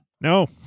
no